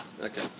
Okay